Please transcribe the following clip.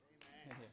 Amen